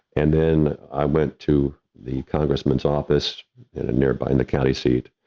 and then i went to the congressman's office in a nearby in the county seat